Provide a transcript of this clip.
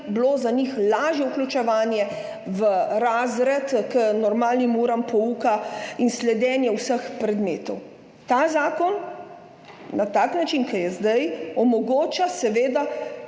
pomenilo za njih lažje vključevanje v razred, k normalnim uram pouka in sledenje vsem predmetom. Ta zakon na tak način, kot je zdaj, omogoča